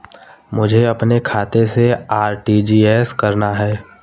मुझे अपने खाते से आर.टी.जी.एस करना?